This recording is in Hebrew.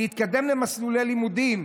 להתקדם למסלולי לימודים.